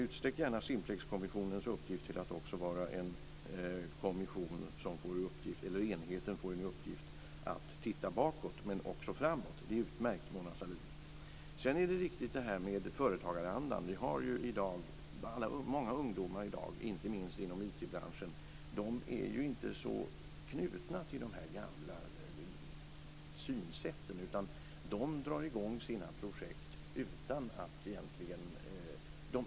Utsträck gärna Simplexkommissionens arbete till att också vara en enhet som får i uppgift att både titta bakåt och framåt. Det är utmärkt, Sedan är företagarandan viktig. Vi har i dag många ungdomar inte minst inom IT-branschen. De är inte så knutna till de gamla synsätten.